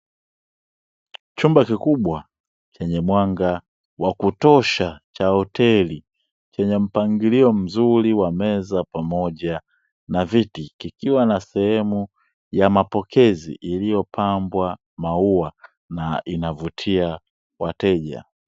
Chumba kikubwa chenye mwanga wa kutosha cha hoteli, chenye mpangilio mzuri wa meza pamoja na viti kikiwa na sehemu ya mapokezi iliyopambwa maua na inavutia wateja.